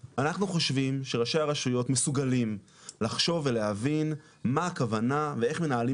שראשי הרשויות מסוגלים לחשוב ולהבין מה הכוונה ואיך מנהלים